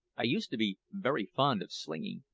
i used to be very fond of slinging,